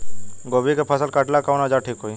गोभी के फसल काटेला कवन औजार ठीक होई?